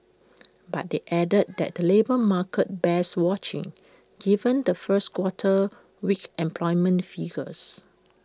but they added that the labour market bears watching given the first quarter's weak employment figures